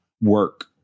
work